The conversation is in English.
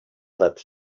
that